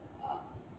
uh